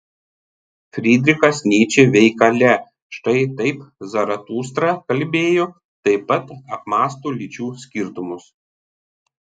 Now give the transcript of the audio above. frydrichas nyčė veikale štai taip zaratustra kalbėjo taip pat apmąsto lyčių skirtumus